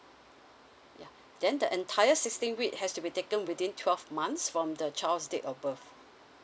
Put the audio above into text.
ya then the entire sixteen week has to be taken within twelve months from the child's date of birth